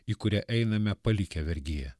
į kurią einame palikę vergiją